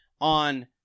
on